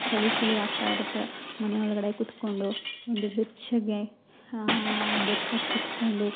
ಚಳಿ ಚಳಿ ಆಗ್ತಾಯಿರುತ್ತೆ ಮನೆ ಒಳಗಡೆ ಕೂತ್ಕೊಂಡು ಒಂದು ಬೆಚ್ಚಗೆ ಬೆಚ್ಚಗೆ ಕೂತ್ಕೊಂಡು